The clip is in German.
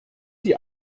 die